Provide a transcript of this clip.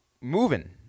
moving